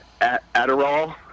Adderall